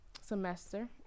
semester